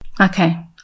Okay